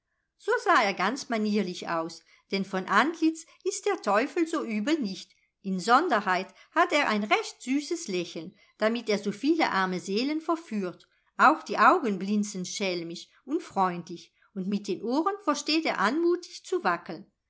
so sah er ganz manierlich aus denn von antlitz ist der teufel so übel nicht insonderheit hat er ein recht süßes lächeln damit er so viele arme seelen verführt auch die augen blinzeln schelmisch und freundlich und mit den ohren versteht er anmutig zu wackeln